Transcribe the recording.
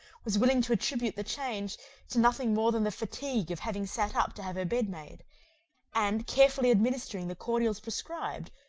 was willing to attribute the change to nothing more than the fatigue of having sat up to have her bed made and carefully administering the cordials prescribed,